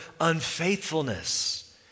unfaithfulness